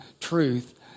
truth